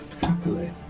Happily